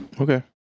Okay